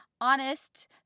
honest